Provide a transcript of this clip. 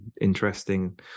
interesting